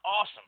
awesome